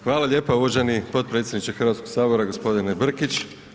Hvala lijepo uvaženi potpredsjedniče Hrvatskog sabora gospodine Brkić.